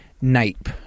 Nape